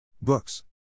Books